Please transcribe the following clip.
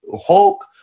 Hulk